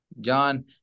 John